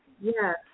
Yes